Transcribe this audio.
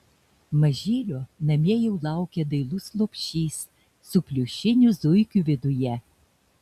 mažylio namie jau laukia dailus lopšys su pliušiniu zuikiu viduje